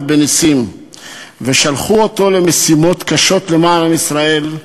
בנסים ושלחו אותו למשימות קשות למען ישראל.